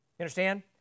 understand